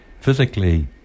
physically